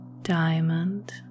diamond